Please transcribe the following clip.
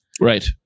Right